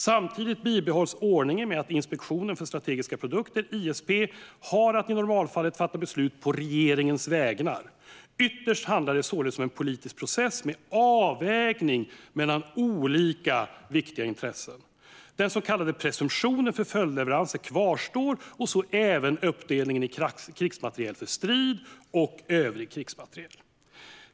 Samtidigt bibehålls ordningen med att Inspektionen för strategiska produkter, ISP, har att i normalfallet fatta beslut på regeringens vägnar. Ytterst handlar det således om en politisk process med avvägning mellan olika för nationen viktiga intressen. Den så kallade presumtionen för följdleveranser kvarstår och så även uppdelningen i krigsmateriel för strid och övrig krigsmateriel.